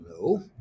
no